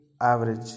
average